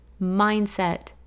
Mindset